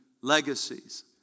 legacies